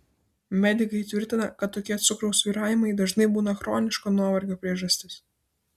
medikai tvirtina kad tokie cukraus svyravimai dažnai būna chroniško nuovargio priežastis